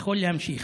יכול להמשיך.